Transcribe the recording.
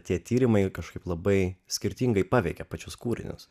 tie tyrimai kažkaip labai skirtingai paveikia pačius kūrinius